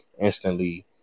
instantly